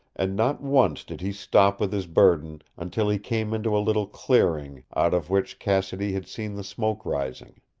and not once did he stop with his burden until he came into a little clearing, out of which cassidy had seen the smoke rising.